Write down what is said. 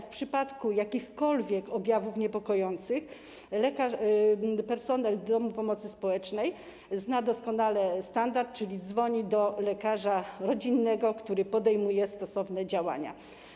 W przypadku jakichkolwiek niepokojących objawów lekarz, personel domu pomocy społecznej zna doskonale standard, czyli dzwoni do lekarza rodzinnego, który podejmuje stosowane działania.